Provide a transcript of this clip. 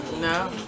No